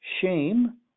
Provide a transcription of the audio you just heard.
shame